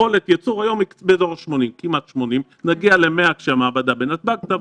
יכולת הייצור היום היא באזור כמעט 80. נגיע ל-100 כשהמעבדה בנתב"ג תעבוד,